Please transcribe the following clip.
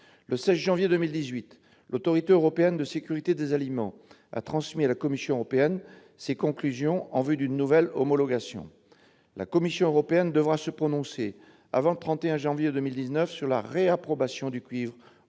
Le 16 janvier 2018, l'Autorité européenne de sécurité des aliments, ou EFSA, a transmis à la Commission européenne ses conclusions en vue d'une nouvelle homologation. Celle-ci devra se prononcer avant le 31 janvier 2019 sur une nouvelle approbation du cuivre au niveau